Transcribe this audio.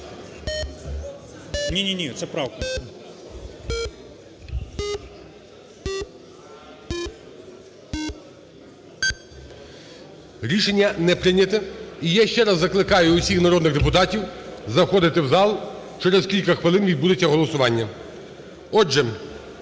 12:54:15 За-70 Рішення не прийняте. І я ще раз закликаю усіх народних депутатів заходити в зал, через кілька хвилин відбудеться голосування. Отже,